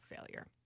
failure